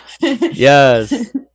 Yes